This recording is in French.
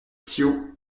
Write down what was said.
ciot